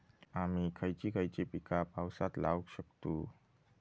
आम्ही खयची खयची पीका पावसात लावक शकतु?